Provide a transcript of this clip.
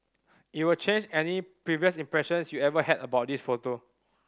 it'll change any previous impressions you ever had about this photo